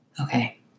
Okay